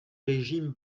régime